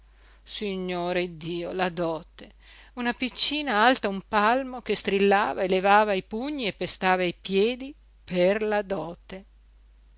signore iddio la dote una piccina alta un palmo che strillava e levava i pugni e pestava i piedi per la dote